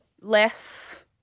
less